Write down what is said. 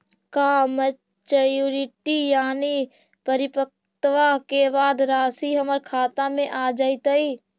का मैच्यूरिटी यानी परिपक्वता के बाद रासि हमर खाता में आ जइतई?